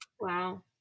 Wow